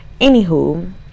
anywho